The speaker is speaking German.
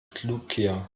lucia